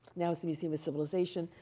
now it's the museum of civilization.